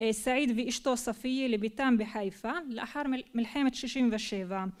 סעיד ואשתו ספייה לביתם בחיפה, לאחר מלחמת שישים ושבע